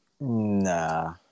Nah